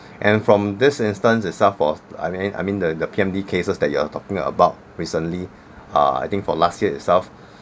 and from this instance itself was I mean I mean the the P_M_D cases that you are talking about recently err I think for last year itself